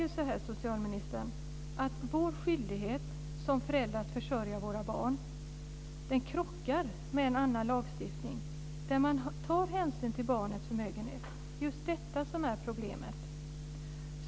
Vår skyldighet som föräldrar, socialministern, att försörja våra barn krockar med annan lagstiftning där man tar hänsyn till barnets förmögenhet. Det är just detta som är problemet.